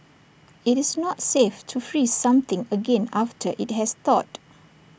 IT is not safe to freeze something again after IT has thawed